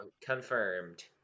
Confirmed